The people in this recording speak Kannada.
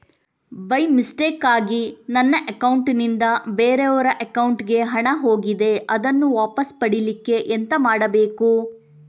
ಬೈ ಮಿಸ್ಟೇಕಾಗಿ ನನ್ನ ಅಕೌಂಟ್ ನಿಂದ ಬೇರೆಯವರ ಅಕೌಂಟ್ ಗೆ ಹಣ ಹೋಗಿದೆ ಅದನ್ನು ವಾಪಸ್ ಪಡಿಲಿಕ್ಕೆ ಎಂತ ಮಾಡಬೇಕು?